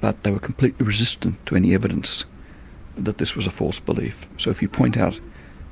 but they were completely resistant to any evidence that this was a false belief. so if you point out